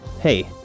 Hey